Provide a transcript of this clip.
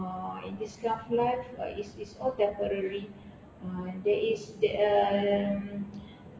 uh in this tough life it's it's all temporary there is there um